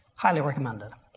highly recommend it.